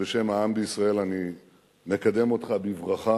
בשם העם בישראל אני מקדם אותך בברכה.